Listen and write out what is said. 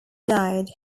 died